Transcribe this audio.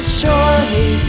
surely